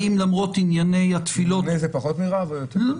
האם למרות ענייני התפילות --- ממונה זה פחות מרב או יותר,